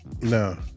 No